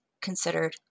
considered